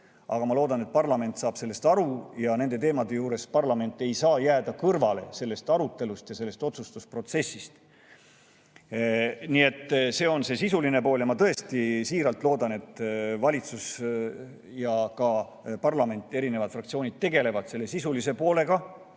Aga ma loodan, et parlament saab sellest aru ja nende teemade juures ei saa parlament jääda kõrvale sellest arutelust ja otsustusprotsessist. Nii et see on see sisuline pool. Ja ma tõesti siiralt loodan, et valitsus ja ka parlament, erinevad fraktsioonid tegelevad selle sisulise poolega,